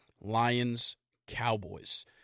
Lions-Cowboys